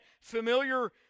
familiar